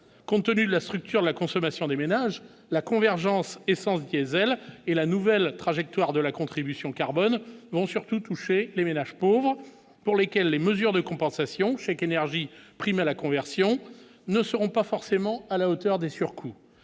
compte tenu de la structure de la consommation des ménages, la convergence : essence, diésel et la nouvelle trajectoire de la contribution carbone vont surtout touché les ménages pauvres, pour lesquels les mesures de compensation chèque énergie prime à la conversion ne seront pas forcément à la hauteur des surcoûts,